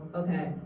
okay